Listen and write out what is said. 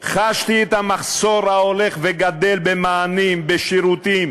חשתי את המחסור ההולך וגדל במענים, בשירותים